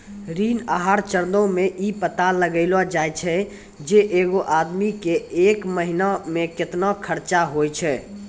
ऋण आहार चरणो मे इ पता लगैलो जाय छै जे एगो आदमी के एक महिना मे केतना खर्चा होय छै